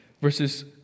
Verses